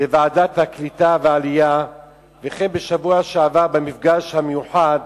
בוועדת העלייה והקליטה וכן בשבוע שעבר במפגש המיוחד